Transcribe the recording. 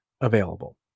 available